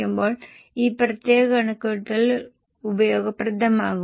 അതിനാൽ ഡിവിഡന്റും ഡിവിഡന്റ് നികുതിയും 90 ഉം റീടൈൻഡ് ഏർണിങ്സ് 583 ഉം ആണ്